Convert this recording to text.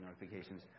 notifications